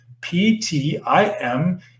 P-T-I-M